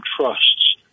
trusts